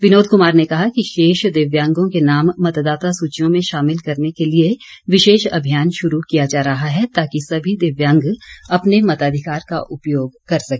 विनोद कुमार ने कहा कि शेष दिव्यांगों के नाम मतदाता सूचियों में शामिल करने के लिए विशेष अभियान शुरू किया जा रहा है ताकि सभी दिव्यांग अपने मताधिकार का उपयोग कर सके